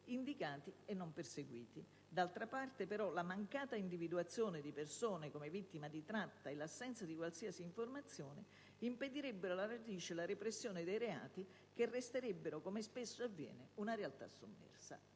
indicati e non perseguiti. D'altra parte, però, la mancata individuazione di persone come vittima di tratta e l'assenza di qualsiasi informazione impedirebbero alla radice la repressione dei reati che resterebbero, come spesso avviene, una realtà sommersa.